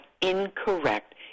incorrect